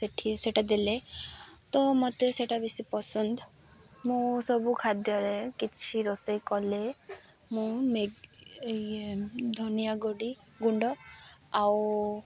ସେଠି ସେଟା ଦେଲେ ତ ମତେ ସେଟା ବେଶୀ ପସନ୍ଦ ମୁଁ ସବୁ ଖାଦ୍ୟରେ କିଛି ରୋଷେଇ କଲେ ମୁଁ ମ୍ୟାଗି ଇଏ ଧନିଆ ଗୋଡ଼ି ଗୁଣ୍ଡ ଆଉ